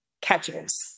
catches